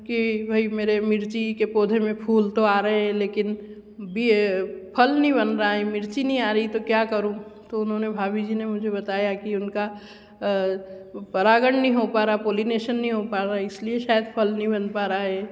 की यह मेरे मिर्ची के पौधे में फूल तो आ रहे हैं लेकिन बी यह फल नहीं बन रहा मिर्ची नहीं आ रही तो क्या करूँ फ़िर उन्होंने भाभी जी ने बताया की उनका परागण नहीं हो पा रहा पॉलिनेशन नहीं हो पा रहा इसलिए शायद फल नहीं बन पा रहा है